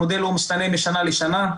המודל משתנה משנה לשנה,